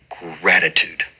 gratitude